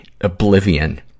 Oblivion